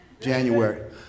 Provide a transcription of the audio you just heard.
January